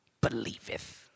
believeth